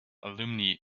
alumni